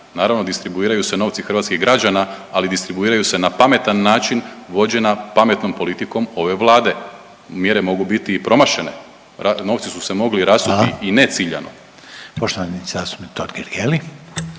naravno distribuiraju se novci hrvatskih građana, ali distribuiraju se na pametan način vođena pametnom politikom ove Vlade, mjere mogu biti i promašene, novci su se mogli i rasuti…/Upadica Reiner: